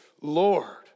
Lord